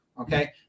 okay